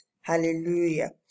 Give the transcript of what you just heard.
Hallelujah